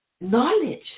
knowledge